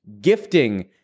gifting